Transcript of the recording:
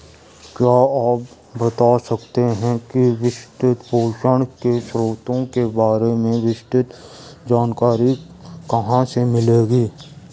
क्या आप बता सकते है कि वित्तपोषण के स्रोतों के बारे में विस्तृत जानकारी कहाँ से मिलेगी?